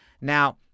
Now